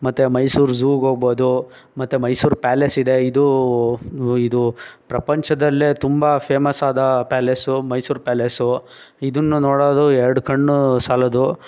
ಮತ್ತು ಮೈಸೂರು ಝುಗೆ ಹೋಗ್ಬೋದು ಮತ್ತು ಮೈಸೂರು ಪ್ಯಾಲೇಸ್ ಇದೆ ಇದೂ ಇದು ಪ್ರಪಂಚದಲ್ಲೇ ತುಂಬ ಫೇಮಸ್ಸಾದ ಪ್ಯಾಲೇಸು ಮೈಸೂರು ಪ್ಯಾಲೇಸು ಇದನ್ನು ನೋಡೋದು ಎರಡು ಕಣ್ಣು ಸಾಲದು